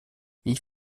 wie